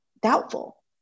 doubtful